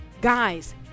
Guys